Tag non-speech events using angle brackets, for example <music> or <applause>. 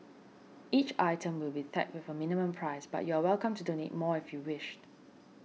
each item will be tagged with a minimum price but you're welcome to donate more if you wish <noise>